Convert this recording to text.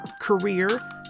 career